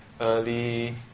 early